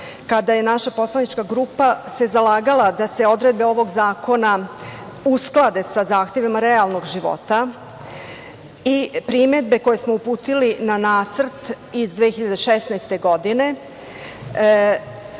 kada je naša poslanička grupa se zalagala da se odredbe ovog zakona usklade sa zahtevima realnog života i primedbe koje smo uputili na nacrt, iz 2016. godine,